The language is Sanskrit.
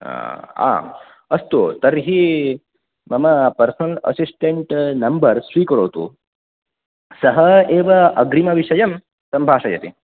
आम् अस्तु तर्हि मम पर्स्नल् असिस्टेण्ट् नम्बर् स्वीकरोतु सः एव अग्रिमविषयं सम्भाषयति